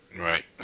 Right